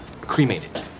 Cremated